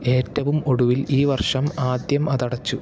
ഏറ്റവും ഒടുവിൽ ഈ വർഷം ആദ്യം അതടച്ചു